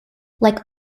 like